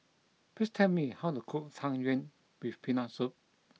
please tell me how to cook Tang Yuen with Peanut Soup